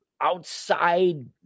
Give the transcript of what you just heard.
outside